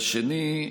והשני,